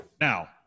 Now